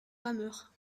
rameurs